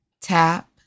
tap